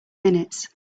minutes